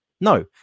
No